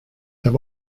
have